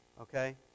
Okay